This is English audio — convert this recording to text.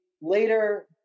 later